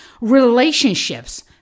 Relationships